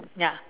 ya